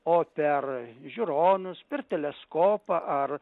o per žiūronus per teleskopą ar